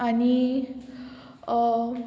आनी